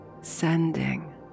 sending